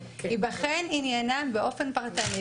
ייבחן עניינם באופן פרטני,